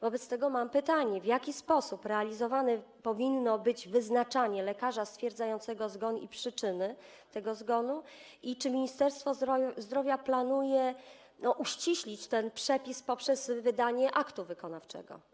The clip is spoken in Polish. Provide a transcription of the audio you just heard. Wobec tego mam pytanie: W jaki sposób realizowane powinno być wyznaczanie lekarza stwierdzającego zgon i przyczyny zgonu i czy Ministerstwo Zdrowia planuje uściślić ten przepis poprzez wydanie aktu wykonawczego?